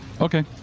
okay